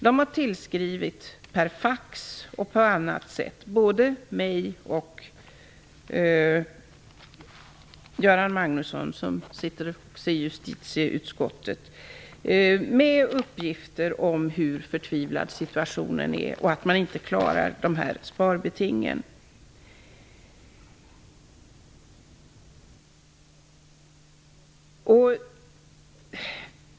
De har tillskrivit per fax och på annat sätt både mig och Göran Magnusson, som sitter i justitieutskottet, och lämnat uppgifter om hur förtvivlad situationen är och om att man inte klarar de här sparbetingen.